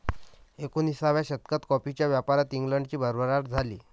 एकोणिसाव्या शतकात कॉफीच्या व्यापारात इंग्लंडची भरभराट झाली